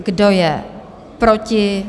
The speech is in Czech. Kdo je proti?